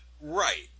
Right